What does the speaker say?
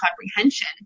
comprehension